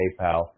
PayPal